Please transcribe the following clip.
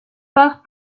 part